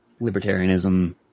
libertarianism